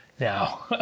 now